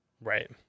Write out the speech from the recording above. Right